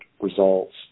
results